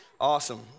Awesome